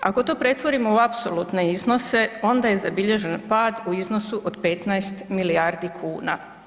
Ako to pretvorimo u apsolutne iznose onda je zabilježen pad u iznosu od 15 milijardi kuna.